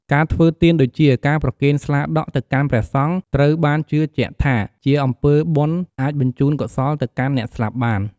ការធ្វើទានដូចជា ការប្រគេនស្លាដក់ទៅកាន់ព្រះសង្ឃត្រូវបានជឿជាក់ថាជាអំពើបុណ្យអាចបញ្ជូនកុសលទៅកាន់អ្នកស្លាប់បាន។